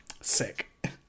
Sick